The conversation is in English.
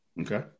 Okay